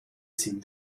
sinn